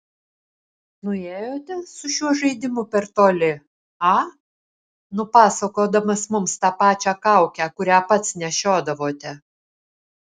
nuėjote su šiuo žaidimu per toli a nupasakodamas mums tą pačią kaukę kurią pats nešiodavote